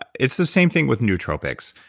it's the same thing with nootropics.